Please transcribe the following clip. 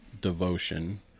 devotion